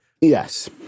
yes